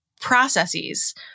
processes